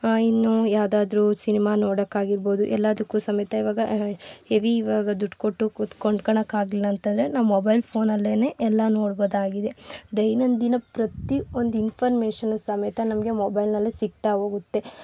ಇನ್ನು ಯಾವ್ದಾದ್ರೂ ಸಿನಿಮಾ ನೋಡೊಕ್ಕೆ ಆಗಿರ್ಬೋದು ಎಲ್ಲದಕ್ಕೂ ಸಮೇತ ಈವಾಗ ಹೆವಿ ಈವಾಗ ದುಡ್ಡು ಕೊಟ್ಟು ಕೂತ್ಕೊಂಡು ಕೊಂಡ್ಕೊಳ್ಳೋಕ್ಕೆ ಆಗಲಿಲ್ಲ ಅಂತಂದ್ರೆ ನಾವು ಮೊಬೈಲ್ ಫೋನಲ್ಲೇನೇ ಎಲ್ಲ ನೋಡ್ಬೋದಾಗಿದೆ ದೈನಂದಿನ ಪ್ರತೀ ಒಂದು ಇನ್ಫಾರ್ಮೇಷನ್ ಸಮೇತ ನಮಗೆ ಮೊಬೈಲ್ನಲ್ಲೆ ಸಿಕ್ತಾಹೋಗುತ್ತೆ